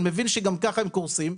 אני מבין שגם ככה הם קורסים.